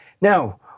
Now